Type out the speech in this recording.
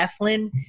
Eflin